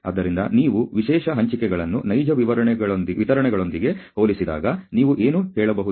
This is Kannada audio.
ಆದ್ದರಿಂದ ನೀವು ವಿಶೇಷ ಹಂಚಿಕೆಗಳನ್ನು ನೈಜ ವಿತರಣೆಗಳೊಂದಿಗೆ ಹೋಲಿಸಿದಾಗ ನೀವು ಏನು ಹೇಳಬಹುದು